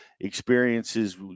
experiences